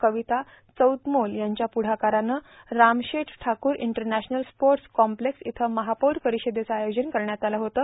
कविता चौतमोल यांच्या पुढाकारानं Ramsheth Thakur international sports complex इथं महापौर परिषदेचं आयोजन करण्यात आल होतं